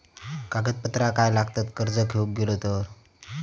कागदपत्रा काय लागतत कर्ज घेऊक गेलो तर?